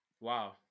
Wow